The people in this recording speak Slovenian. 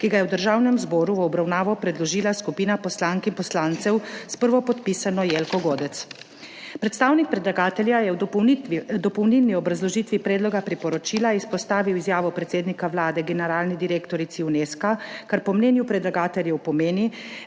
ki ga je v Državnem zboru v obravnavo predložila skupina poslank in poslancev s prvopodpisano Jelko Godec. Predstavnik predlagatelja je v dopolnilni obrazložitvi predloga priporočila izpostavil izjavo predsednika Vlade generalni direktorici Unesca, kar po mnenju predlagateljev pomeni,